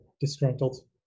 disgruntled